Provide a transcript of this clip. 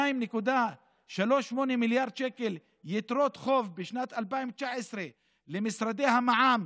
2.38 מיליארדי שקלים יתרות חוב בשנת 2019 למשרדי המע"מ